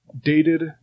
dated